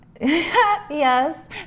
Yes